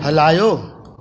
हलायो